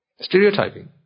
Stereotyping